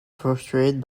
portrayed